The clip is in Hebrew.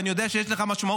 ואני יודע שיש לך משמעות.